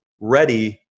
ready